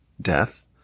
death